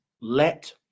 let